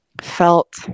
felt